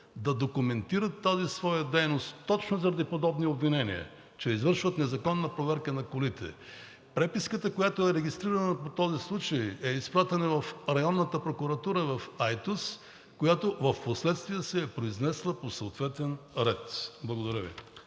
да документират тази своя дейност точно заради подобни обвинения, че извършват незаконна проверка на колите. Преписката, която е регистрирана по този случай, е изпратена в Районната прокуратура в Айтос, която впоследствие се е произнесла по съответен ред. Благодаря Ви.